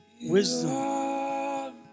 Wisdom